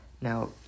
Now